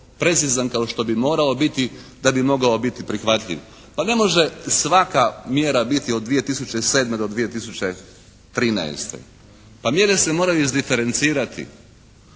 precizan kao što bi morao biti da bi mogao biti prihvatljiv. Pa ne može svaka mjera biti od 2007. do 2013. Pa mjere se moraju izdiferencirati.